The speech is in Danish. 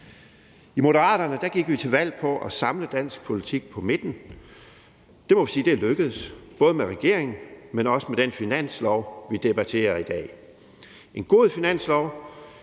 I Moderaterne gik vi til valg på at samle dansk politik på midten. Det må vi sige er lykkedes, både med regeringen, men også med den finanslov, vi debatterer i dag – en god finanslov,